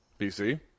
bc